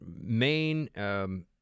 main